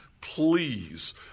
please